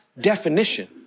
definition